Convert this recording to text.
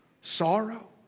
sorrow